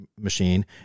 Machine